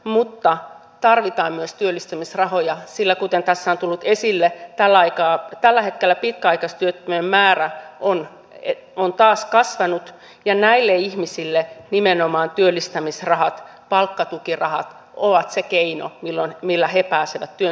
mutta tarvitaan myös työllistämisrahoja sillä kuten tässä on tullut esille tällä hetkellä pitkäaikaistyöttömien määrä on taas kasvanut ja näille ihmisille nimenomaan työllistämisrahat ja palkkatukirahat ovat se keino millä he pääsevät työn syrjään kiinni